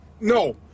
No